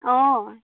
অঁ